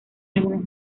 algunos